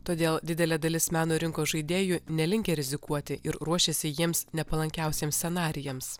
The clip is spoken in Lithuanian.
todėl didelė dalis meno rinkos žaidėjų nelinkę rizikuoti ir ruošiasi jiems nepalankiausiems scenarijams